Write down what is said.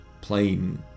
plain